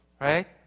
Right